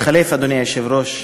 מתחלף אדוני היושב-ראש.